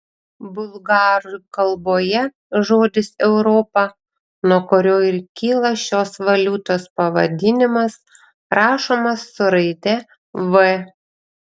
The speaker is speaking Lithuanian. bulgarų kalboje žodis europa nuo kurio ir kyla šios valiutos pavadinimas rašomas su raide v